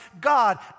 God